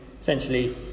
essentially